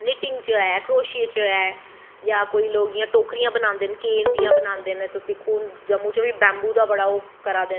knittings च ऐ क्रोशिये च ऐ जां कोई लोग जियां टोकरियां बनांदे न केन दियां बनांदे न तुस दिक्खो जम्मू च बी बैंम्बू दा बड़ा ओह् करी दे न